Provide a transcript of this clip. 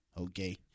Okay